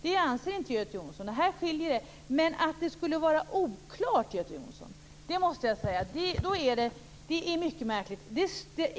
Det anser inte Göte Jonsson. Här skiljer det. Jag måste säga att det är mycket märkligt att detta skulle vara oklart.